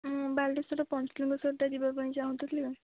ମୁଁ ବାଲେଶ୍ୱର ପଞ୍ଚଲିଙ୍ଗେଶ୍ୱରଟା ଯିବା ପାଇଁ ଚାହୁଁଥିଲି ଆଉ